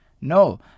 no